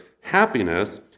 happiness